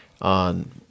on